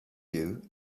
you